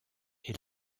est